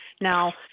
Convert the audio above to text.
Now